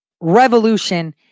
revolution